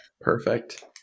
perfect